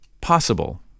possible